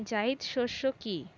জায়িদ শস্য কি?